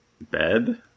bed